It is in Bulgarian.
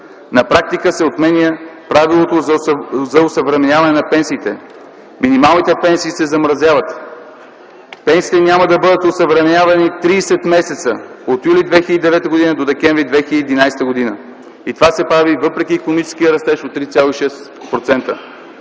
На практика се отменя правилото за осъвременяване на пенсиите. Минималните пенсии се замразяват. Пенсиите няма да бъдат осъвременявани 30 месеца – от юли 2009 г. до декември 2011 г. И това се прави въпреки икономическия растеж от 3,6%.